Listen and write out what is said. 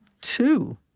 two